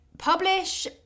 Publish